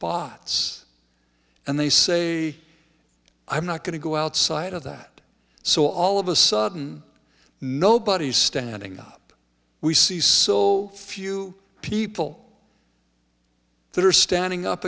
spots and they say i'm not going to go outside of that so all of a sudden nobody's standing up we see so few people that are standing up